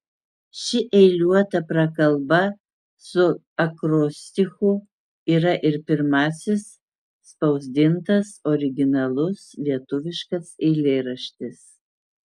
ši eiliuota prakalba su akrostichu yra ir pirmasis spausdintas originalus lietuviškas eilėraštis